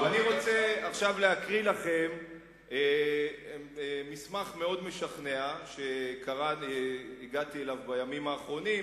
אני רוצה עכשיו להקריא לכם מסמך מאוד משכנע שהגעתי אליו בימים האחרונים,